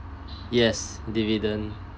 yes dividend